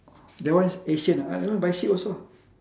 that one is asian ah I don't know by ship also